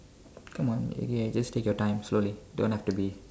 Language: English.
come on you can just take your time slowly don't have to be